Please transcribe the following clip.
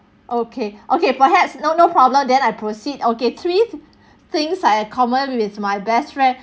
okay okay perhaps no no problem then I proceed okay three things are common with my best friend